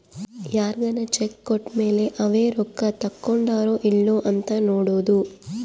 ಯಾರ್ಗನ ಚೆಕ್ ಕೋಟ್ಮೇಲೇ ಅವೆ ರೊಕ್ಕ ತಕ್ಕೊಂಡಾರೊ ಇಲ್ಲೊ ಅಂತ ನೋಡೋದು